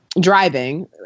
driving